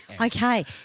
Okay